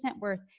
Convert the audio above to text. worth